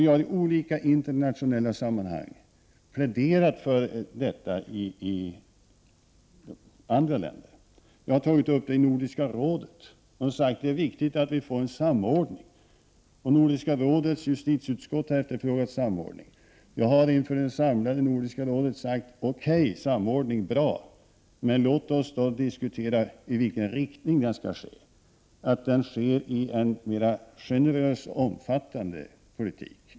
Vi har i olika internationella sammanhang pläderat för detta i andra länder. Jag har tagit upp frågan i Nordiska rådet och sagt att det är viktigt att vi får en samordning. I Nordiska rådets justitieutskott har jag efterfrågat samordning. Jag har inför det samlade Nordiska rådet sagt att okej, samordning är bra, men låt oss då diskutera i vilken riktning samordningen skall ske, att den sker i riktning mot en mer generös och omfattande politik.